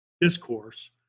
discourse